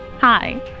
Hi